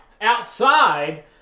outside